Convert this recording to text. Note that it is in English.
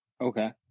Okay